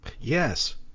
Yes